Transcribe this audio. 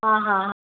हा हा